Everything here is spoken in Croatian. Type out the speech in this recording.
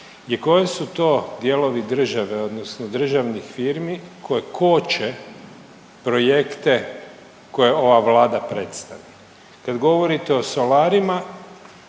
je koji su to dijelovi države, odnosno državnih firmi koje koče projekte koje ova Vlada predstavi. Kad govorite o solarima